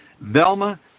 Velma